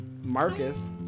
Marcus